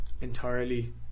entirely